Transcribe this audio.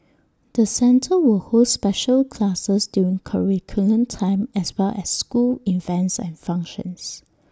the centre will hold special classes during curriculum time as well as school events and functions